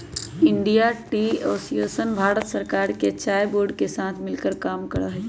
Indian Tea Association Bharat सरकार के चाय बोर्ड के साथ मिलकर काम करा हई